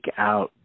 out